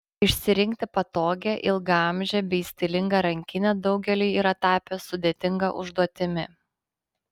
išsirinkti patogią ilgaamžę bei stilingą rankinę daugeliui yra tapę sudėtinga užduotimi